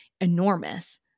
enormous